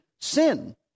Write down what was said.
sin